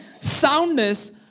soundness